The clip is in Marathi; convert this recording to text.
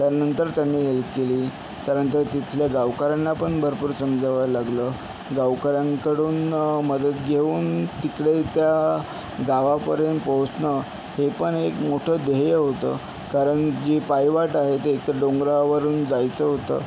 त्यानंतर त्यांनी हेल्प केली त्यानंतर तिथल्या गावकऱ्यांनापण भरपूर समजवायला लागलं गावकऱ्यांकडून मदत घेऊन तिकडे त्या गावापर्यंत पोहचणं हे पण एक मोठं ध्येय होतं कारण जी पायवाट आहे ती एक तर डोंगरावरून जायचं होतं